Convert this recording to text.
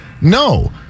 No